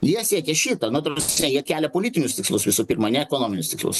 jie siekia šito na ta prasme jie kelia politinius tikslus visų pirma ne ekonominius tikslus